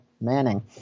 Manning